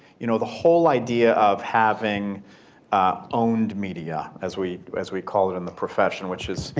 you know the whole idea of having owned media as we as we call it in the profession which is. yeah.